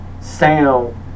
sound